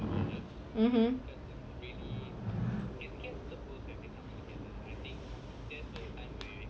mmhmm